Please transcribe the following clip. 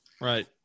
Right